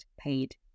paid